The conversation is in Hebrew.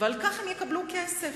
ועל כך הם יקבלו כסף.